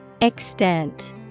Extent